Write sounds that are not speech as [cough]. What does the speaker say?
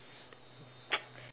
[noise]